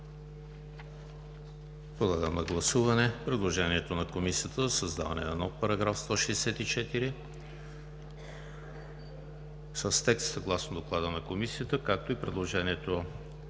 на гласуване предложението на Комисията за създаване на нов § 164 с текст съгласно Доклада на Комисията и предложението